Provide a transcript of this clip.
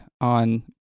on